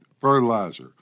fertilizer